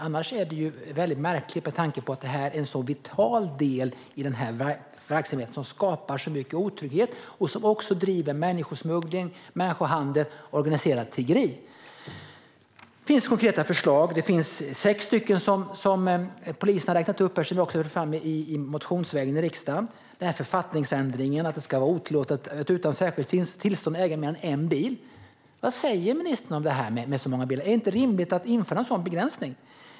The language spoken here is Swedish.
Annars är det ju väldigt märkligt, med tanke på att detta är en så vital del i den här verksamheten, som skapar så mycket otrygghet och som också driver människosmuggling, människohandel och organiserat tiggeri. Det finns konkreta förslag. Det finns sex förslag som polisen har räknat upp och som vi också har fört fram motionsvägen i riksdagen. Det handlar om författningsändringen - att det ska vara otillåtet att utan särskilt tillstånd äga mer än en bil. Vad säger ministern om det här med så många bilar? Är det inte rimligt att införa en sådan begränsning?